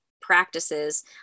practices